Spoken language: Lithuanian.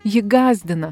jį gąsdina